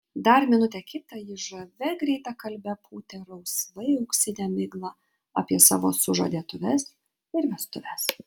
dar minutę kitą ji žavia greitakalbe pūtė rausvai auksinę miglą apie savo sužadėtuves ir vestuves